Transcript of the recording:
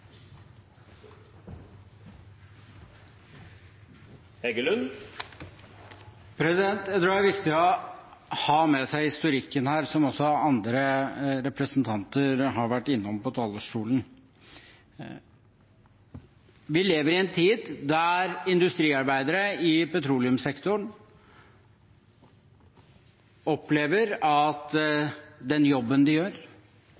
viktig å ha med seg historikken her, slik også andre representanter har vært innom på talerstolen. Vi lever i en tid da industriarbeidere i petroleumssektoren opplever at den jobben de gjør,